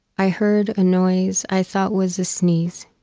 i heard a noise i thought was a sneeze.